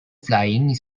flying